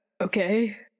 Okay